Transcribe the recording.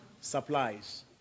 supplies